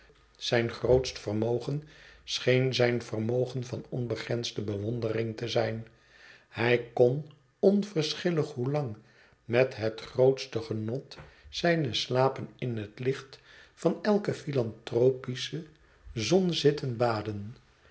zijn grootst vermogen scheen zijn vermogen van onbegrensde bewondering te zijn hij kon onverschillig hoelang met het grootste genot zijne slapen in het licht van elke philanthropische zon zitten baden